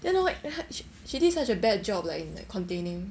then hor 她 sh~ she did such a bad job like in containing